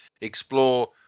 explore